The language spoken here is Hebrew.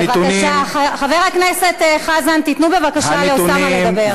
חבר הכנסת חזן, תיתנו בבקשה לאוסאמה לדבר.